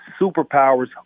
superpowers